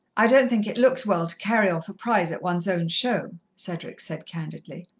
i don't think it looks well to carry off a prize at one's own show, cedric said candidly.